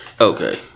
Okay